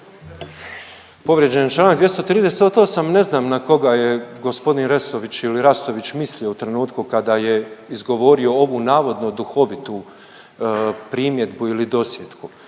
Povrijeđen je članak 238. Ne znam na koga je gospodin Restović ili Rastović mislio u trenutku kada je izgovorio ovu navodno duhovitu primjedbu ili dosjetku.